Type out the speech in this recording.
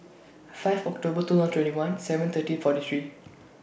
five October two thousand and twenty one seven thirty forty three